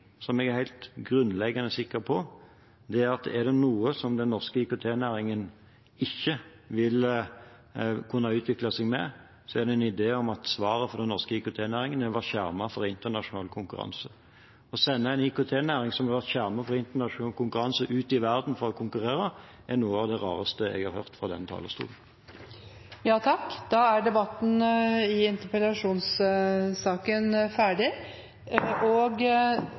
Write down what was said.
som jeg er helt grunnleggende sikker på: Er det noe som den norske IKT-næringen ikke vil kunne utvikle seg med, så er det en idé om at svaret for den norske IKT-næringen er å være skjermet mot internasjonal konkurranse. Å sende en IKT-næring som har vært skjermet mot internasjonal konkurranse, ut i verden for å konkurrere, er noe av det rareste jeg har hørt fra denne talerstolen. Debatten i sak nr. 2 er